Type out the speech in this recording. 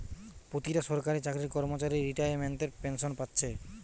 পোতিটা সরকারি চাকরির কর্মচারী রিতাইমেন্টের পেনশেন পাচ্ছে